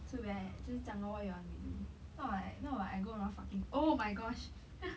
too bad 就是这样 lor what you want me do not like not like I go around fucki~ oh my gosh